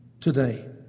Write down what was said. today